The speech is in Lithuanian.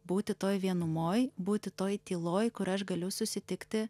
būti toj vienumoj būti toj tyloj kur aš galiu susitikti